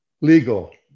Legal